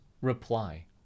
reply